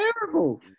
terrible